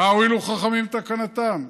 מה הועילו חכמים בתקנתם?